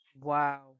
Wow